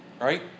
Right